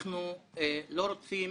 אנחנו רוצים